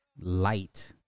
light